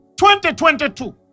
2022